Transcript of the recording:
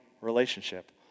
relationship